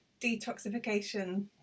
detoxification